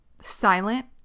silent